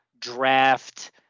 draft